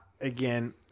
again